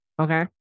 okay